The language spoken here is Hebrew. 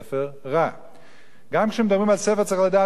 כשמדברים על ספר גם צריך לדעת אם מדברים על ספר של דמיונות,